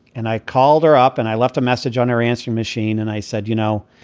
and i called her up and i left a message on her answering machine. and i said, you know,